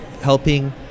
helping